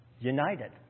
united